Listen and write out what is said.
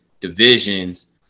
divisions